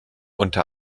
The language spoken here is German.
unter